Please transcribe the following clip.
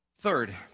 Third